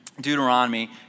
Deuteronomy